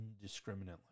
indiscriminately